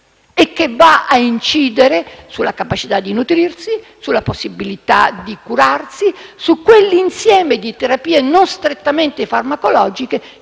e che va a incidere sulla capacità di nutrirsi, sulla possibilità di curarsi, su quell'insieme di terapie non strettamente farmacologiche